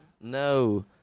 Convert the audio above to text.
No